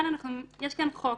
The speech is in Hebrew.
יש כאן חוק,